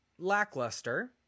lackluster